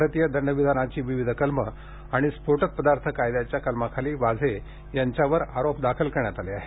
भारतीय दंडविधानाची विविध कलमे आणि स्फोटक पदार्थ कायद्याच्या कलमाखाली वाझे यांच्यावर आरोप दाखल करण्यात आले आहेत